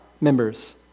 members